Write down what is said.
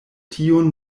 tiun